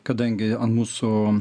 kadangi ant mūsų